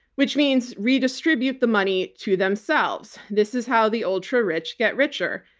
which means redistribute the money to themselves. this is how the ultra rich get richer.